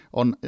on